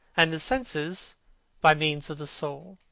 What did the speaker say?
and the senses by means of the soul.